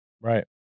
right